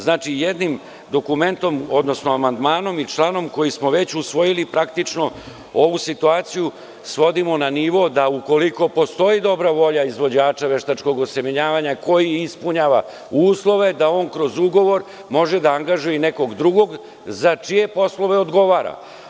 Znači, jednim dokumentom, odnosno amandmanom i članom koji smo već usvojili praktično ovu situaciju svodimo na nivo da ukoliko postoji dobra volja izvođača veštačkog osemenjavanja koji ispunjava uslove da on kroz ugovor može da angažuje i nekog drugog za čije poslove odgovora.